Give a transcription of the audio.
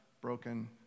broken